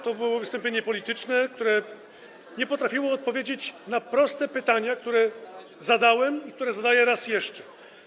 To było wystąpienie polityczne, w którym nie potrafiono odpowiedzieć na proste pytania, które zadałem i które zadaję raz jeszcze.